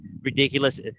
ridiculous